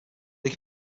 they